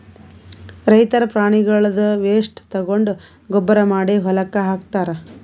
ರೈತರ್ ಪ್ರಾಣಿಗಳ್ದ್ ವೇಸ್ಟ್ ತಗೊಂಡ್ ಗೊಬ್ಬರ್ ಮಾಡಿ ಹೊಲಕ್ಕ್ ಹಾಕ್ತಾರ್